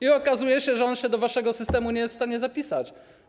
I okazuje się, że on się do waszego systemu nie jest w stanie zapisać.